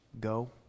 go